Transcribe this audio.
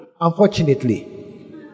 unfortunately